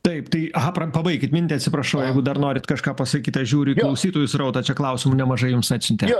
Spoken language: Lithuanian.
taip tai aha pra pabaikit mintį atsiprašau jeigu dar norit kažką pasakyt aš žiūriu į klausytojų srautą čia klausimų nemažai jums atsiuntė